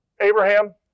Abraham